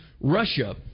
Russia